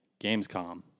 Gamescom